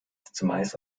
zumeist